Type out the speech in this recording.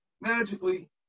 magically